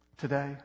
today